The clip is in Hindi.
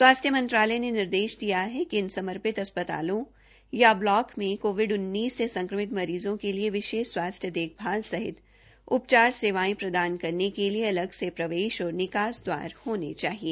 स्वास्थ्य मंत्रालय ने निर्देश दिया है कि इन समर्पित अस्पतालों या ब्लॉक मे कोविड से संक्रमित मरीज़ों के लिए विशेष स्वास्थ्य देखभाल सहित उपचार सेवायें प्रदान करने के लिए अलग से प्रवेश और निकास द्वार होने चाहिए